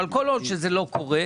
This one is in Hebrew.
אבל כל עוד זה לא קורה,